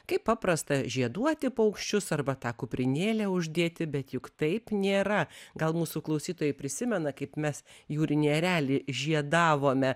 kaip paprasta žieduoti paukščius arba tą kuprinėlę uždėti bet juk taip nėra gal mūsų klausytojai prisimena kaip mes jūrinį erelį žiedavome